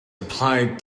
applied